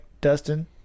Dustin